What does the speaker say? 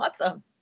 awesome